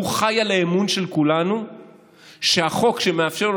הוא חי על האמון של כולנו שהחוק שמאפשר לו